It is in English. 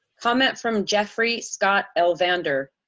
comment from jeffrey scott elvander.